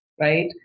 right